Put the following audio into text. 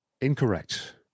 Incorrect